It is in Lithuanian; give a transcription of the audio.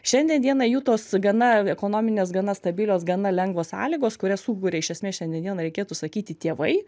šiandien dienai jų tos gana ekonominės gana stabilios gana lengvos sąlygos kurias suburia iš esmės šiandieną reikėtų sakyti tėvai